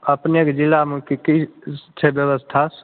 अपनेके जिलामे की की छै व्यवस्था